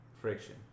friction